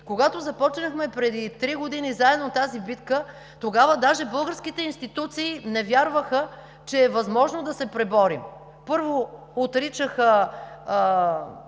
Когато започнахме преди три години заедно тази битка, тогава даже българските институции не вярваха, че е възможно да се преборим. Първо, отричаха